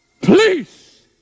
please